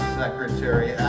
secretary